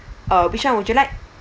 uh which one would you like